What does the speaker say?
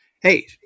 hey